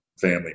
family